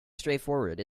straightforward